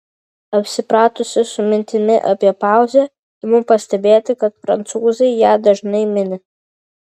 apsipratusi su mintimi apie pauzę imu pastebėti kad prancūzai ją dažnai mini